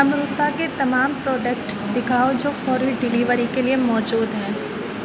امرتا کے تمام پروڈکٹس دکھاؤ جو فوری ڈیلیوری کے لیے موجود ہیں